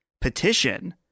petition